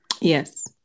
yes